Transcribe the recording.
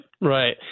right